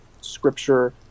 scripture